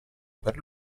per